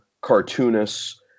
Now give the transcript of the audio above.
cartoonists